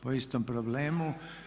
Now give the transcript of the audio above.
Po istom problemu.